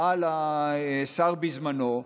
על השר בזמנו,